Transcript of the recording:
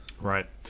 Right